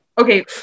Okay